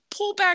pullback